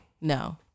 No